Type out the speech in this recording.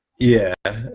yeah